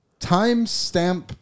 Timestamp